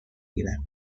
گیرد